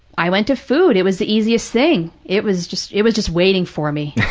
i went to food. it was the easiest thing. it was just, it was just waiting for me.